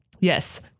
Yes